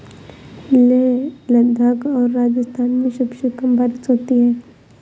लेह लद्दाख और राजस्थान में सबसे कम बारिश होती है